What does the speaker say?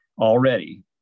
already